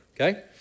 okay